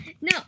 no